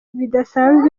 bidasanzwe